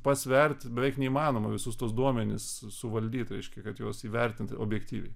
pasverti beveik neįmanoma visus tuos duomenis suvaldyt reiškia kad jos įvertinti objektyviai